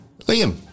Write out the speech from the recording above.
Liam